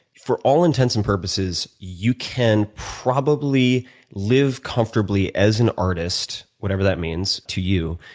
for all intents and purposes, you can probably live comfortable as an artist, whatever that means to you,